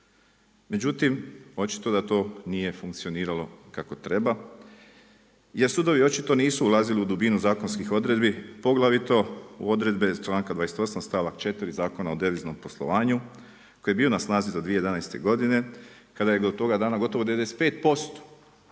Međutim, očito da to nije funkcioniralo kako treba jer sudovi očito nisu ulazili u dubinu zakonskih odredbi poglavito u odredbe članka 28. stavaka 4. Zakona o deviznom poslovanju koji je bio na snazi do 2011. godine kada je do toga dana gotovo 95%